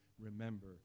remember